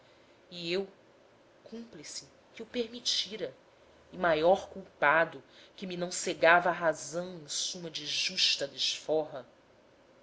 e eu cúmplice que o permitira e maior culpado que me não cegava a razão em suma de justa desforra